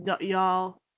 y'all